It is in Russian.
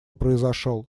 произошёл